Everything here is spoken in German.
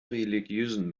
religiösen